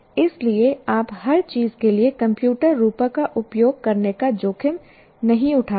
इसलिए आप हर चीज के लिए कंप्यूटर रूपक का उपयोग करने का जोखिम नहीं उठा सकते